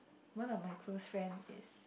one of my close friend is